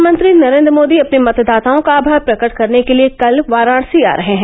प्रधानमंत्री नरेन्द्र मोदी अपने मतदाताओं का आभार प्रकट करने के लिये कल वाराणसी आ रहे हैं